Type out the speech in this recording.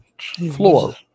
Floor